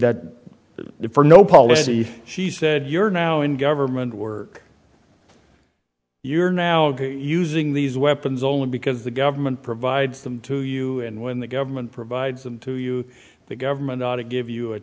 policy she said you're now in government work you're now using these weapons only because the government provides them to you and when the government provides them to you the government ought to give you a